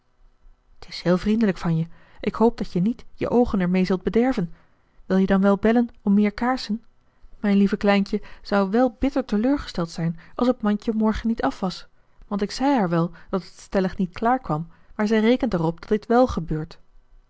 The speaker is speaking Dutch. t is heel vriendelijk van je ik hoop dat je niet je oogen ermee zult bederven wil je dan wel bellen om meer kaarsen mijn lieve kleintje zou wèl bitter teleurgesteld zijn als het mandje morgen niet af was want ik zei haar wel dat het stellig niet klaar kwam maar zij rekent erop dat dit wèl gebeurt